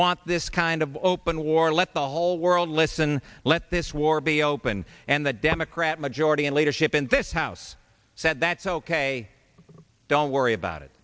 want this kind of open war let the whole world listen let this war be open and the democrat majority in leadership in this house said that's ok don't worry about it